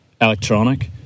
electronic